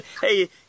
Hey